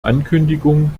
ankündigung